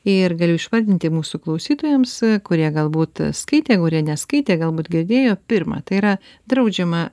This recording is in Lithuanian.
ir galiu išvardinti mūsų klausytojams kurie galbūt skaitė kurie neskaitė galbūt girdėjo pirmą tai yra draudžiama